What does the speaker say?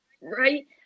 Right